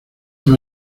fue